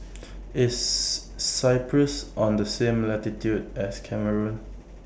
IS Cyprus on The same latitude as Cameroon